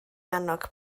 annog